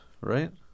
right